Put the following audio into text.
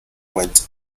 went